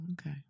okay